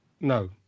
No